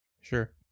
Sure